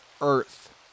earth